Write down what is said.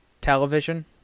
television